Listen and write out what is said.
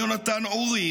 יונתן אוריך,